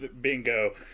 bingo